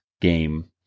game